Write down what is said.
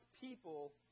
people